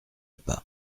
pas